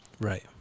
right